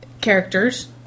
characters